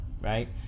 right